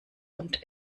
und